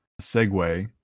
segue